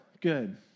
good